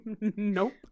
Nope